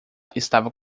estava